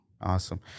Awesome